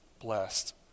blessed